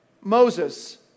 Moses